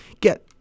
get